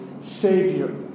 Savior